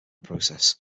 process